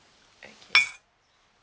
okay